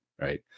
right